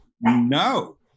no